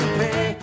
pay